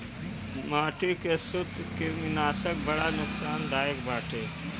माटी के सूत्रकृमिनाशक बड़ा नुकसानदायक बाटे